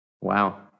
Wow